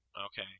Okay